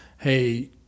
hey